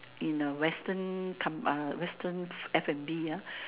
in a Western com~ uh Western F&B ah